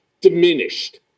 diminished